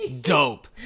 Dope